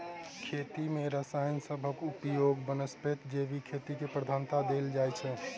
खेती मे रसायन सबहक उपयोगक बनस्पैत जैविक खेती केँ प्रधानता देल जाइ छै